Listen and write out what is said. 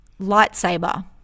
Lightsaber